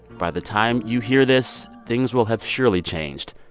by the time you hear this, things will have surely changed.